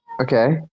Okay